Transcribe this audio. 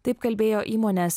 taip kalbėjo įmonės